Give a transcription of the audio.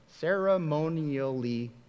ceremonially